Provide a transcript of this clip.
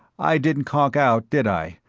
i didn't conk out, did i,